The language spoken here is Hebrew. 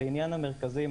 לעניין המרכזים,